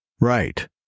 Right